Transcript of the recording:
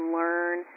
learn